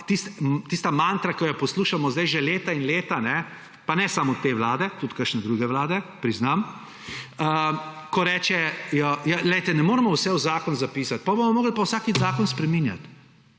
tista mantra, ki jo poslušamo zdaj že leta in leta, pa ne samo od te vlade, tudi kakšne druge vlade, priznam, ko rečejo – ne moremo vsega v zakon zapisati, potem bomo morali pa vsakič zakon spreminjati.